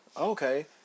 Okay